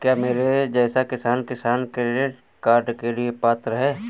क्या मेरे जैसा किसान किसान क्रेडिट कार्ड के लिए पात्र है?